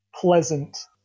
pleasant